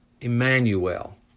Emmanuel